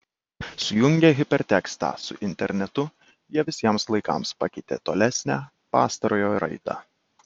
sujungę hipertekstą su internetu jie visiems laikams pakeitė tolesnę pastarojo raidą